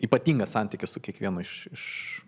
ypatingas santykis su kiekvienu iš iš